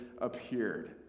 appeared